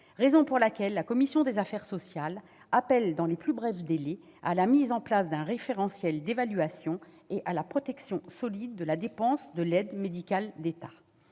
raison pour laquelle la commission des affaires sociales appelle, dans les plus brefs délais, à la mise en place d'un référentiel d'évaluation et de projection solide de la dépense de l'aide médicale de l'État.